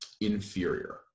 inferior